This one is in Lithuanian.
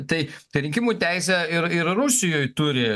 tai rinkimų teisę ir ir rusijoj turi